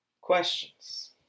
questions